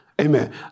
Amen